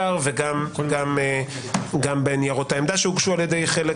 וגם בניירות העמדה שהוגשו על ידי חלק